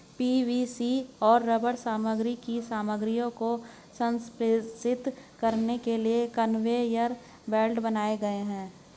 PVC और rubber सामग्री की सामग्रियों को संप्रेषित करने के लिए कन्वेयर बेल्ट बनाए गए हैं